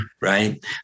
Right